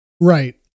Right